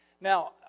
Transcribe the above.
Now